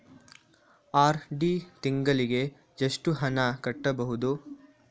RD ತಿಂಗಳಿಗೆ ಎಷ್ಟು ಹಣ ಕಟ್ಟಬಹುದು?